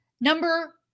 Number